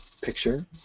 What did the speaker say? picture